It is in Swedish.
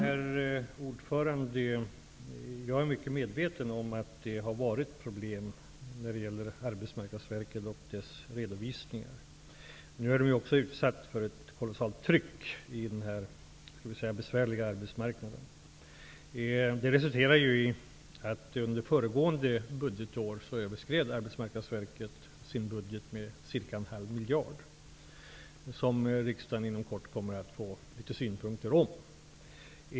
Herr talman! Jag är medveten om att det har varit problem när det gäller Arbetsmarknadsverket och dess redovisning. Arbetsmarknadsverket är utsatt för ett kolossalt tryck i och med den besvärliga arbetsmarknaden. Det resulterade i att Arbetsmarknadsverket under föregående budgetår överskred sin budget med ungefär en halv miljard. Detta kommer riksdagen inom kort att få synpunkter på.